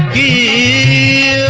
e